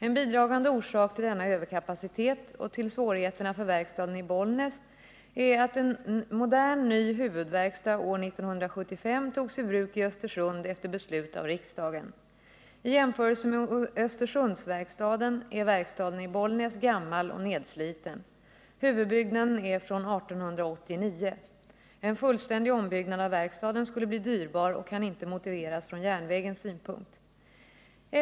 En bidragande orsak till denna överkapacitet och till svårigheterna för verkstaden i Bollnäs är att en modern ny huvudverkstad år 1975 togs i bruk i Östersund efter beslut av riksdagen. I jämförelse med Östersundsverkstaden är verkstaden i Bollnäs gammal och nedsliten. Huvudbyggnaden är från 1889. En fullständig ombyggnad av verkstaden skulle bli dyrbar och kan inte motiveras från järnvägens synpunkt.